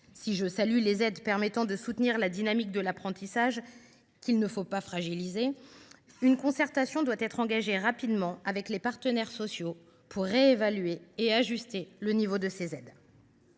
Si je salue les aides qui soutiennent la dynamique de l’apprentissage – il ne faut pas le fragiliser –, une concertation doit être engagée rapidement avec les partenaires sociaux pour réévaluer et ajuster leur niveau. Monsieur